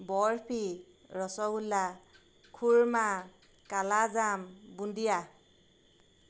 বৰফি ৰসগোল্লা খুৰমা কালাজাম বুন্দিয়া